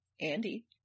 Andy